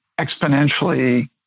exponentially